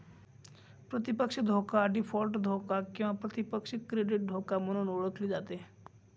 प्रतिपक्ष धोका डीफॉल्ट धोका किंवा प्रतिपक्ष क्रेडिट धोका म्हणून ओळखली जाते